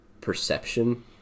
perception